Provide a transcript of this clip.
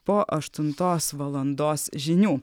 po aštuntos valandos žinių